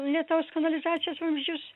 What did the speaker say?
lietaus kanalizacijos vamzdžius